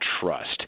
trust